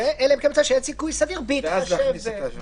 אלא אם כן מצא כי אין סיכוי סביר, בהתחשב ...".